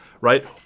right